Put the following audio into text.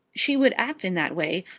she would act in that way.